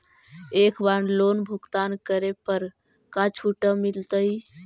एक बार लोन भुगतान करे पर का छुट मिल तइ?